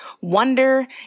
wonder